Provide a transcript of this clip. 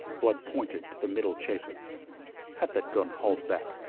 blood pointed to the middle chaser have that gun hauled back,